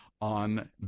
on